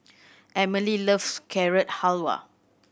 Emely loves Carrot Halwa